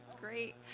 great